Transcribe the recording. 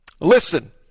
listen